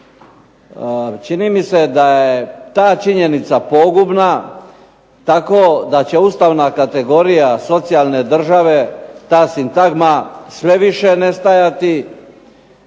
čini mi se da je ta činjenica pogubna tako da će ustavna kategorija socijalne države, ta sintagma sve više nestajati,